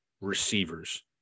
receivers